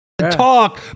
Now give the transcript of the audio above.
Talk